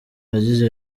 yagize